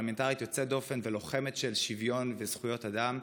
פרלמנטרית יוצאת דופן ולוחמת של שוויון וזכויות אדם,